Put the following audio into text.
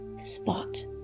spot